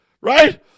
right